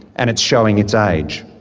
and it's showing its age.